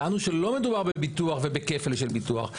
טענו שלא מדובר בביטוח ובכפל של ביטוח.